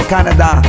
Canada